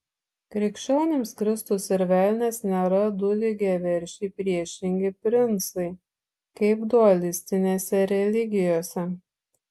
krikščionims kristus ir velnias nėra du lygiaverčiai priešingi princai kaip dualistinėse religijose